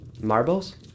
Marbles